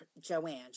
Joanne